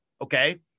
okay